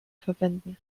verwenden